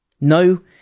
No